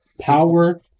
Power